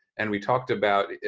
and we talked about,